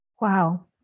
Wow